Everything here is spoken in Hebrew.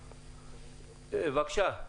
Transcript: בבקשה.